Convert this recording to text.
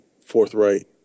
forthright